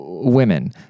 Women